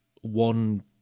one